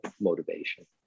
motivation